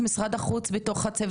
לנסות להטיל עליהם,